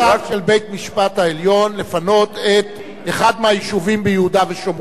יש צו של בית-המשפט העליון לפנות את אחד מהיישובים ביהודה ושומרון.